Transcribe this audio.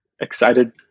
excited